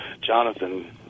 Jonathan